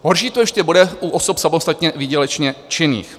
Horší to ještě bude u osob samostatně výdělečně činných.